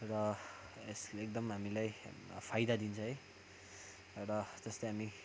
र यसले एकदम हामीलाई फाइदा दिन्छ है र जस्तै हामी